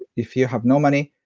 if you have no money,